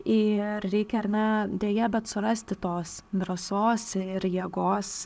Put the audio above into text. ir reikia ar ne deja bet surasti tos drąsos ir jėgos